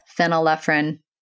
phenylephrine